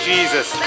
Jesus